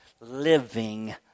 living